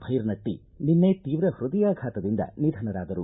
ಭೈರನಟ್ಟಿ ನಿನ್ನೆ ಶೀವ್ರ ಪೃದಯಾಘಾತದಿಂದ ನಿಧನರಾದರು